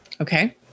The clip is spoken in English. Okay